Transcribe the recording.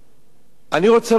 אני רוצה לומר לכם